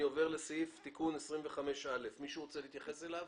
אני עובר לסעיף 25א. מישהו רוצה להתייחס אליו?